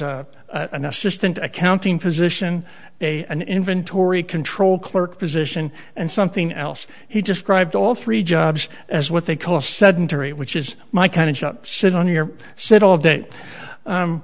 an assistant accounting position a an inventory control clerk position and something else he just bribed all three jobs as what they call sedentary which is my kind of shop sit on your set all day